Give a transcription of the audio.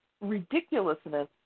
ridiculousness